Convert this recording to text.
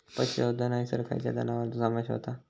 पशुसंवर्धन हैसर खैयच्या जनावरांचो समावेश व्हता?